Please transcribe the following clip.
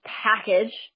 package